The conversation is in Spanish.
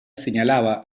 señalaba